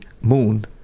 moon